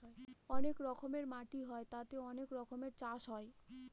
অনেক রকমের মাটি হয় তাতে অনেক রকমের চাষ হয়